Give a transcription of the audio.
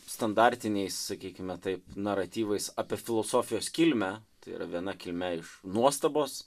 standartiniais sakykime taip naratyvais apie filosofijos kilmę tai yra viena kilmė iš nuostabos